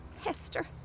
Hester